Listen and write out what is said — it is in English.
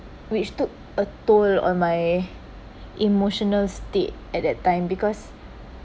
which took a toll on my emotional state at that time because